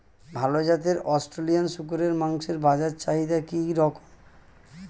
ভাল জাতের অস্ট্রেলিয়ান শূকরের মাংসের বাজার চাহিদা কি রকম?